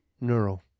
Neural